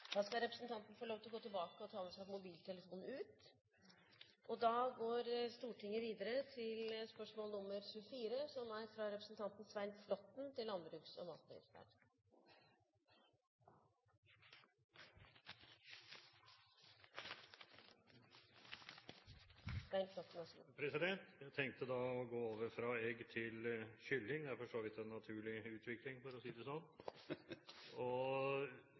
Da skal representanten få lov til å gå tilbake og ta med seg mobiltelefonen ut. Jeg tenkte da å gå over fra egg til kylling. Det er for så vidt en naturlig utvikling. Spørsmålet er: «Landbruksnæringen etterspør hele tiden tiltak for forbedret lønnsomhet. En økning av konsesjonsgrensen for kyllingproduksjon fra 125 000 til 135 000 ville gitt produsentene en forbedret og mer effektiv utnyttelse av investeringer og